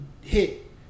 hit